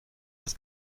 das